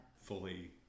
fully